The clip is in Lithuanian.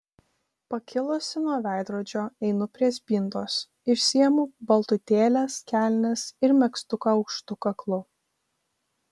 pakilusi nuo veidrodžio einu prie spintos išsiimu baltutėles kelnes ir megztuką aukštu kaklu